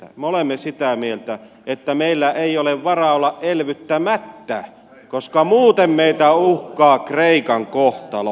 me olemme sitä mieltä että meillä ei ole varaa olla elvyttämättä koska muuten meitä uhkaa kreikan kohtalo